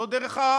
זו דרך העולם.